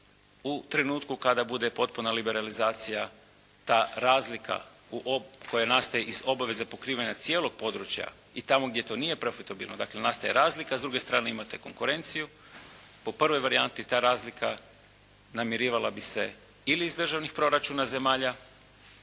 u trenutku kada bude potpuna liberalizacija koja nastaje iz obaveze pokrivanja cijelog područja i tamo gdje to nije profitabilno, dakle, nastaje razlika, s druge strane imate konkurenciju, po prvoj varijanti ta razlika namirivala bi se ili iz državnih proračuna zemalja